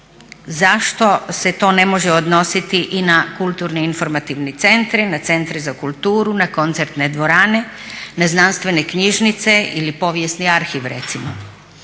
zašto se to ne može odnositi i na kulturne informativne centre, na centre za kulturu, na koncertne dvorane, na znanstvene knjižnice ili povijesni arhiv recimo.